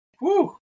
Woo